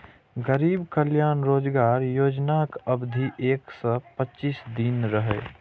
गरीब कल्याण रोजगार योजनाक अवधि एक सय पच्चीस दिन रहै